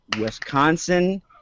Wisconsin